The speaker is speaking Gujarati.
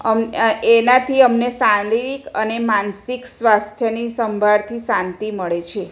અમ એ એ એનાથી અમને સાંધિક અને માનસિક સ્વાસ્થ્યની સંભાળથી શાંતિ મળે છે